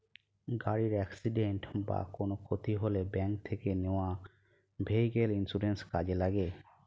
গাড়ির অ্যাকসিডেন্ট বা কোনো ক্ষতি হলে ব্যাংক থেকে নেওয়া ভেহিক্যাল ইন্সুরেন্স কাজে লাগে